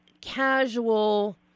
casual